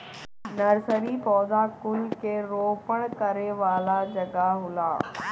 nursery पौधा कुल के रोपण करे वाला जगह होला